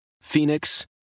Phoenix